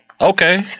Okay